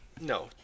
no